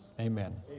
amen